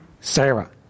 Sarah